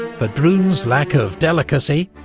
but brune's lack of delicacy,